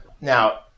Now